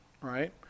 right